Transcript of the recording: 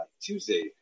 Tuesday